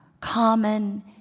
common